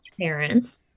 parents